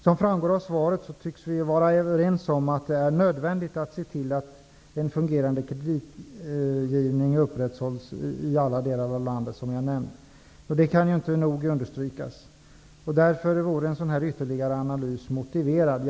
Som framgår av svaret tycks vi vara överens om att det är nödvändigt att se till att en fungerande kreditgivning uprätthålls i alla delar av landet. Det kan inte nog understrykas. Därför vore en sådan här ytterligare analys motiverad.